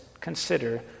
consider